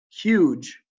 huge